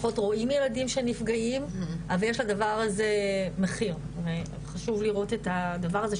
פחות רואים ילדים שנפגעים ויש לדבר הזה מחיר וחשוב לראות את הדבר הזה,